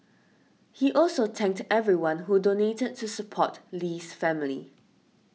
he also thanked everyone who donated to support Lee's family